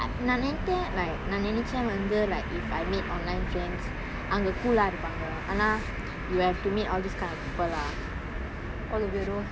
நான் நெனச்சன்:naan nenachan like நான் நெனச்சன் வந்து:naan nenachan vanthu like if I meet online friends அவங்க:avanga cool ah இருப்பாங்க ஆனா:iruppanga aana you have to meet all these kind of people lah